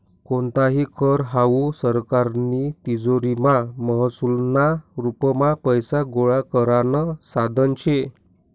कोणताही कर हावू सरकारनी तिजोरीमा महसूलना रुपमा पैसा गोळा करानं साधन शे